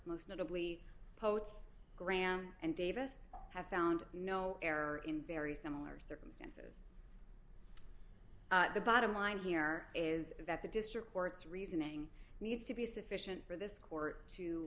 most notably poets graham and davis have found no error in very similar circumstance the bottom line here is that the district court's reasoning needs to be sufficient for this court to